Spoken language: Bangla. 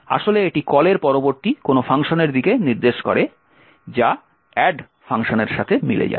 আসলে এটি কলের পরবর্তী কোনও ফাংশনের দিকে নির্দেশ করে যা add ফাংশনের সাথে মিলে যায়